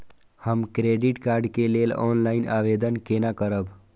हम credit card के लेल ऑनलाइन आवेदन केना करब?